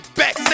back